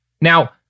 Now